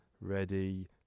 ready